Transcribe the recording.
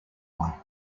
one